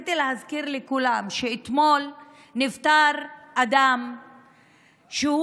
רציתי להזכיר לכולם שאתמול נפטר אדם שהוא